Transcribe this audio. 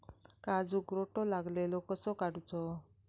काजूक रोटो लागलेलो कसो काडूचो?